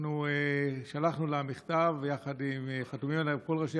אנחנו שלחנו לה מכתב שחתומים עליו כל ראשי